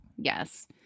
Yes